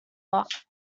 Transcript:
lot